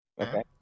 okay